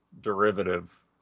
derivative